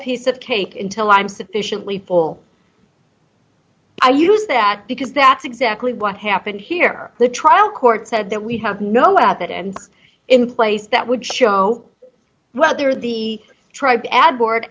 piece of cake until i'm sufficiently full i use that because that's exactly what happened here the trial court said that we have no abbott and in place that would show whether the tribe ad board